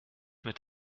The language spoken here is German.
mit